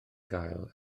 gael